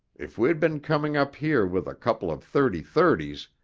if we'd been coming up here with a couple of thirty-thirtys,